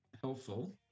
helpful